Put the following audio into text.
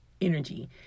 energy